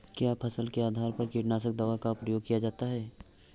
क्या फसल के आधार पर कीटनाशक दवा का प्रयोग किया जाता है?